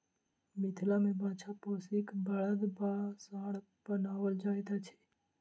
मिथिला मे बाछा पोसि क बड़द वा साँढ़ बनाओल जाइत अछि